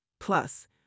Plus